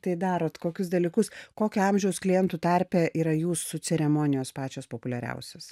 tai darot kokius dalykus kokio amžiaus klientų tarpe yra jūsų ceremonijos pačios populiariausios